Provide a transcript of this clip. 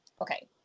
Okay